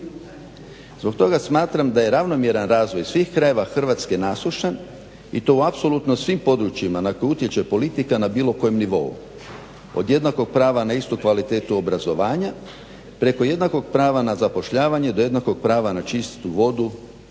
Zbog toga smatram da je ravnomjeran razvoj svih krajeva Hrvatske …/Ne razumije se./… i to u apsolutno svim područjima na koje utječe politika na bilo kojem nivou, od jednakog prava na istu kvalitetu obrazovanja, preko jednakog prava na zapošljavanje, do jednakog prava na čistu vodu,